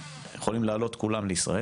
הם כולם יכולים לעלות לישראל,